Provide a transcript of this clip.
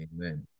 Amen